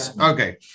Okay